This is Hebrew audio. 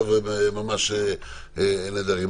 חבר'ה ממש נהדרים.